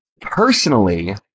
Personally